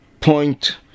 point